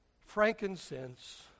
frankincense